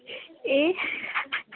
ए